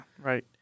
right